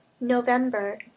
November